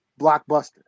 blockbuster